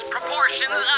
Proportions